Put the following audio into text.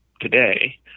today